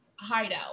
hideout